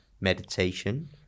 meditation